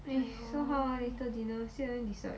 eh how ah so later dinner still haven't decide